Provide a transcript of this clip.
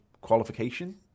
qualification